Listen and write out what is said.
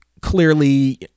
clearly